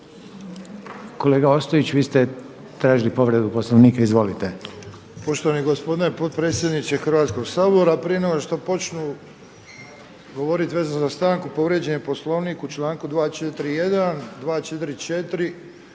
Kolega Ostjić vi ste tražili povredu Poslovnika. Izvolite. **Ostojić, Ranko (SDP)** Poštovani gospodine potpredsjedniče Hrvatskog sabora. Prije nego što počnu govoriti vezano za stanku povrijeđen je Poslovnik u članku 241., 244.